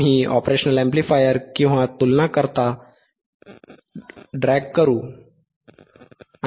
आम्ही operation amplifier किंवा तुलनाकर्ता ड्रॅग ओढणे करू